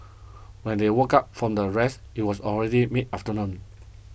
when they woke up from the rest it was already mid afternoon